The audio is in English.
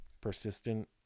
persistent